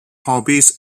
hobbies